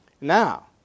Now